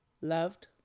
loved